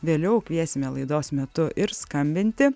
vėliau kviesime laidos metu ir skambinti